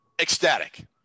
Ecstatic